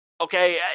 Okay